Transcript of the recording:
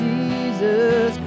Jesus